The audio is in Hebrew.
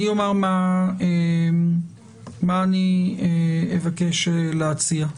אני אגיד מה אני מבקש להציע.